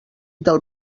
del